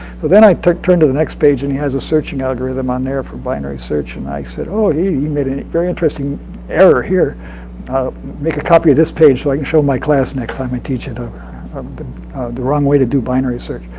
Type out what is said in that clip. but then i turned turned to the next page and he has a searching algorithm um there for binary search. and i said, oh, he made a very interesting error here. i'll make a copy of this page so i can show my class next time i teach about ah um the the wrong way to do binary search.